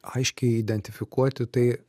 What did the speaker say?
aiškiai identifikuoti tai